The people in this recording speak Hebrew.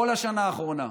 כל השנה האחרונה,